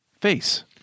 face